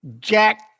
Jack